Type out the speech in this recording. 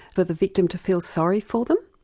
for the victim to feel sorry for them?